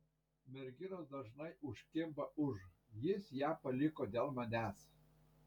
merginos dažnai užkimba už jis ją paliko dėl manęs